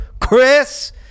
Chris